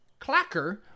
Clacker